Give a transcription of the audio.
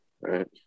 Right